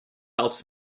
helps